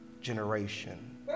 generation